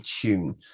tune